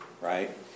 right